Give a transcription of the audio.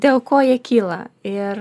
dėl ko jie kyla ir